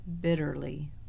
bitterly